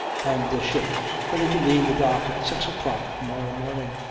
and the ship ready to leave the dock at six o'clock to-morrow morning!